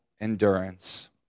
endurance